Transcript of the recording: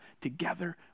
together